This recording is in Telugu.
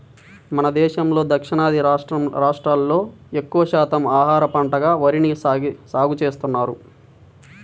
మన దేశంలో దక్షిణాది రాష్ట్రాల్లో ఎక్కువ శాతం ఆహార పంటగా వరిని సాగుచేస్తున్నారు